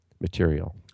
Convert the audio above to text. material